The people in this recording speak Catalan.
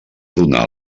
donà